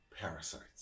parasites